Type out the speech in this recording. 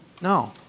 No